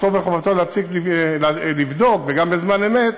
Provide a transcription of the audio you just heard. זכותו וחובתו לבדוק, וגם בזמן אמת,